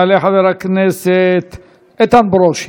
יעלה חבר הכנסת איתן ברושי.